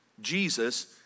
Jesus